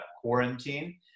quarantine